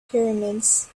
pyramids